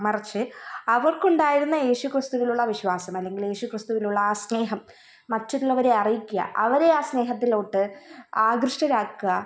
മറിച്ച് അവർക്കുണ്ടായിരുന്ന യേശു ക്രിസ്തുവിലുള്ള വിശ്വാസം അല്ലെങ്കിൽ യേശുക്രിസ്തുവിലുള്ള ആ സ്നേഹം മറ്റുള്ളവരെ അറിയ്ക്കുക അവരെയാണ് സ്നേഹത്തിലോട്ട് ആകൃഷ്ടരാക്കുക